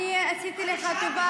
אף פעם לא קראנו לשחרר פורעים,